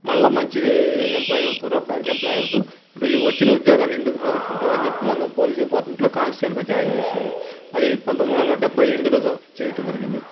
మరల మంచి ఎంప్లాయ్ అవుతువురా బ్యాంక్ ఎంప్లాయ్ అవుదువు ఇప్పుడు ఈ వచ్చిన ఉద్యోగాన్ని ఎందుకు పోగొట్టుకుంటావు అని చెప్పి నన్ను పోలీస్ డిపార్ట్మెంట్లో కానిస్టేబుల్గా జాయిన్ చేశారు అది పంతొమ్మిది వందల డెబ్భై ఎనిమిదిలో చేయడం జరిగింది